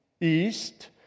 east